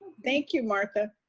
thank you, martha,